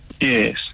Yes